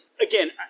again